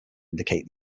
indicate